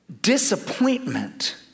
disappointment